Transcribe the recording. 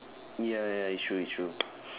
ya ya it's true it's true